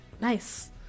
nice